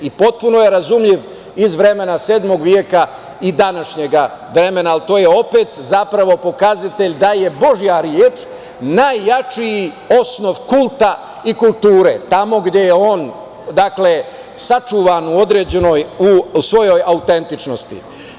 I potpuno je razumljiv iz vremena 7. veka i današnjeg vremena, ali to je opet zapravo pokazatelj da je božija reč najjači osnov kulta i kulture, tamo gde je on sačuvan u svojoj autentičnosti.